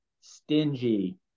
stingy